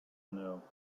know